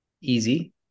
easy